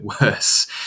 worse